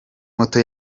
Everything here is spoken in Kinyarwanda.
moto